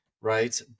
right